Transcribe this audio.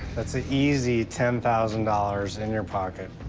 that's an easy ten thousand dollars in your pocket.